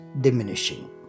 diminishing